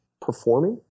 performing